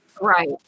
Right